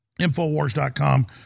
infowars.com